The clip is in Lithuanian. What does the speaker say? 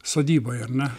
sodyboj ar ne